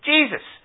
Jesus